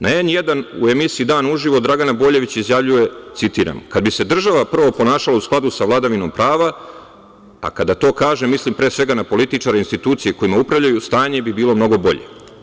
Na N1 u emisiji „Dan uživo“ Dragana Boljević izjavljuje, citiram – kada bi se država prvo ponašala u skladu sa vladavinom prava, a kada to kažem, mislim, pre svega, na političare, institucije kojima upravljaju, stanje bi bilo mnogo bolje.